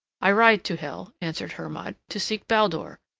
i ride to hel, answered hermod, to seek baldur.